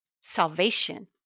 salvation